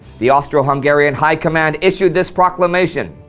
the austro-hungarian high command issued this proclamation,